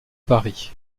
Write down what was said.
paris